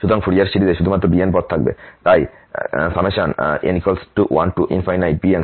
সুতরাং ফুরিয়ার সিরিজে শুধুমাত্র bn পদ থাকবে তাই n1bnsin 2nx